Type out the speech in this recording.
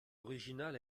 originale